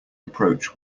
approach